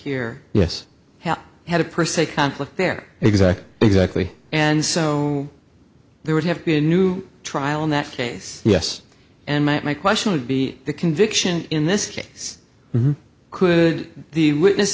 here yes he had a per se conflict there exactly exactly and so there would have been a new trial in that case yes and my question would be the conviction in this case could the witness